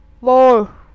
four